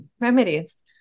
remedies